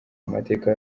amateka